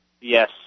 Yes